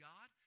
God